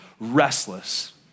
restless